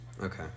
Okay